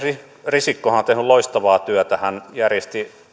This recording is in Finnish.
risikkohan on tehnyt loistavaa työtä hän järjesti